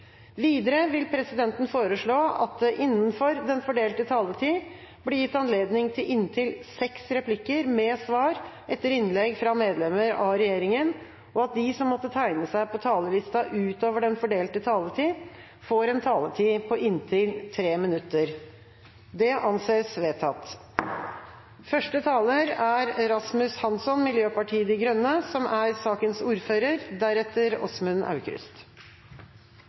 Videre vil presidenten foreslå at det blir gitt anledning til inntil seks replikker med svar etter innlegg fra medlemmer av regjeringa innenfor den fordelte taletida, og at de som måtte tegne seg på talerlista utover den fordelte taletida, får en taletid på inntil 3 minutter. – Det anses vedtatt.